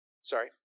Sorry